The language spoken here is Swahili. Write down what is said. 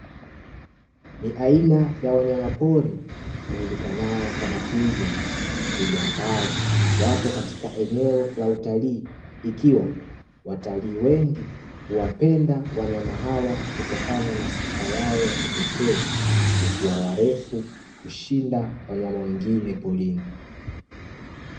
Ni aina ya wanyama pori wajulikanao kama twiga, twiga ambao wapo katika eneo la utalii, ikiwa watalii wengi huwapenda wanyama hawa kutokana na sifa yao ya kipekee ya kua warefu kushinda wanyama wengine porini.